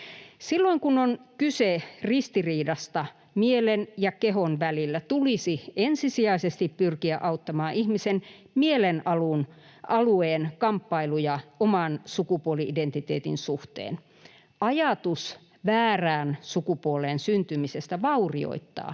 Silloin, kun on kyse ristiriidasta mielen ja kehon välillä, tulisi ensisijaisesti pyrkiä auttamaan ihmisen mielen alueen kamppailuja oman sukupuoli-identiteetin suhteen. Ajatus väärään sukupuoleen syntymisestä vaurioittaa